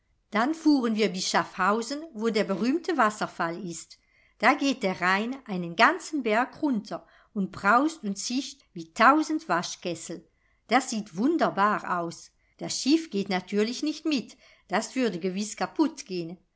dann fuhren wir bis schaffhausen wo der berühmte wasserfall ist da geht der rhein einen ganzen berg runter und braust und zischt wie tausend waschkessel das sieht wunderbar aus das schiff geht natürlich nicht mit das würde gewiß kaputt gehn